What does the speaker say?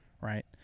right